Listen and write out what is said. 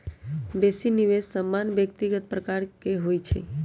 बेशी निवेश सामान्य व्यक्तिगत प्रकार के होइ छइ